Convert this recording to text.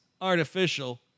artificial